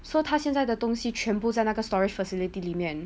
so 她现在的东西全部在那个 storage facility 里面